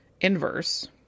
Inverse